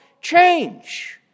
change